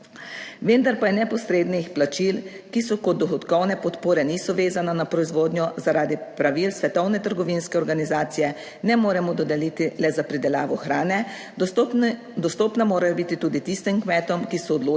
Vendar pa je neposrednih plačil, ki so kot dohodkovne podpore, niso vezana na proizvodnjo, zaradi pravil Svetovne trgovinske organizacije ne moremo dodeliti le za pridelavo hrane, dostopna morajo biti tudi tistim kmetom, ki se odločijo